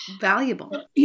valuable